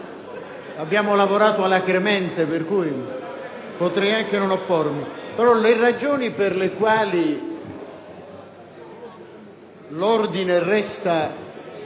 abbiamo lavorato alacremente, per cui potrei anche non oppormi. La ragione per la quale l'Ordine resta